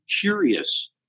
curious